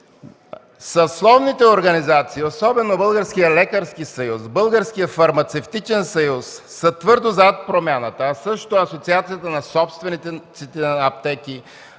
Съсловните организации, особено Българският лекарски съюз, Българският фармацевтичен съюз са твърдо зад промяната, а също Асоциацията на собствениците на аптеки,